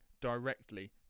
directly